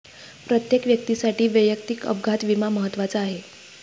प्रत्येक व्यक्तीसाठी वैयक्तिक अपघात विमा महत्त्वाचा आहे